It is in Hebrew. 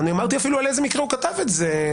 אמרתי אפילו על איזה מקרה הוא כתב את זה.